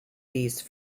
these